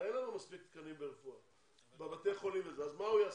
אין לנו מספיק תקנים בבתי החולים, אז מה הוא יעשה?